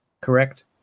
correct